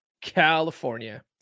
California